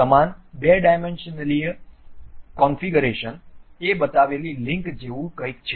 સમાન બે ડાયમેન્શનીય કોનફીગરેશન એ બતાવેલી લિંક જેવું કંઈક છે